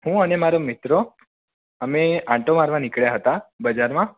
હું અને મારો મિત્ર અમે આંટો મારવા નીકળ્યા હતા બજારમાં